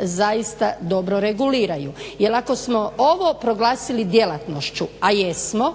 zaista dobro reguliraju jer ako smo ovo proglasili djelatnošću, a jesmo